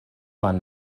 man